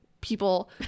people